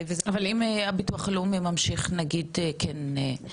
אבל אם הביטוח הלאומי ממשיך נגיד כן,